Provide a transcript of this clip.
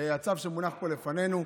הצו שמונח פה לפנינו,